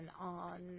on